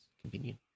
convenient